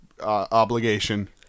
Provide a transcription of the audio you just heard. obligation